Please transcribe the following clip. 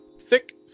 thick